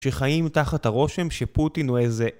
שחיים תחת הרושם שפוטין הוא איזה